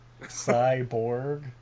Cyborg